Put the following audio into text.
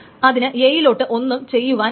അതിന് a യിലോട്ട് ഒന്നും ചെയ്യുവാൻ ഇല്ല